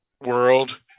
world